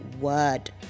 word